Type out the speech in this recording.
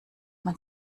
man